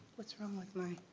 what's wrong with my,